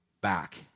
back